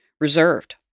reserved